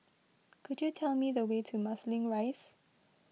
could you tell me the way to Marsiling Rise